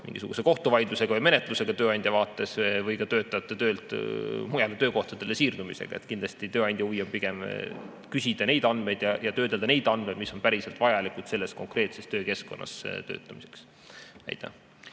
juhul kohtuvaidluse või ‑menetlusega tööandja vaates või ka töötajate mujale töökohtadele siirdumisega. Kindlasti on tööandja huvi pigem küsida ja töödelda neid andmeid, mis on päriselt vajalikud selles konkreetses töökeskkonnas töötamiseks. Aitäh!